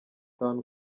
town